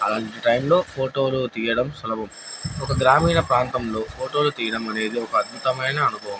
అలాంటి టైంలో ఫోటోలు తీయడం సులభం ఒక గ్రామీణ ప్రాంతంలో ఫోటోలు తీయడం అనేది ఒక అద్భుతమైన అనుభవం